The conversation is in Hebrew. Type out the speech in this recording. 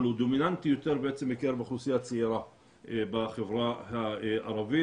אבל הוא דומיננטי בקרב האוכלוסייה הצעירה בחברה הערבית.